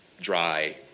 dry